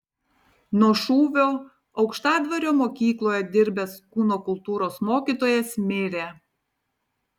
nuo šūvio aukštadvario mokykloje dirbęs kūno kultūros mokytojas mirė